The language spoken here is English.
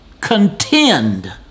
contend